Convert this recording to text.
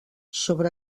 sobre